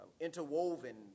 interwoven